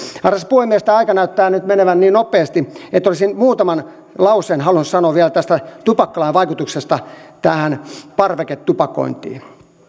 arvoisa puhemies tämä aika näyttää nyt menevän nopeasti mutta olisin muutaman lauseen halunnut sanoa vielä tästä tupakkalain vaikutuksesta tähän parveketupakointiin